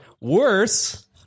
Worse